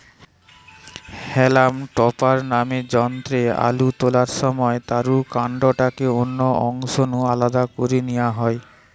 হেলাম topper নামের যন্ত্রে আলু তোলার সময় তারুর কান্ডটাকে অন্য অংশ নু আলদা করি নিয়া হয়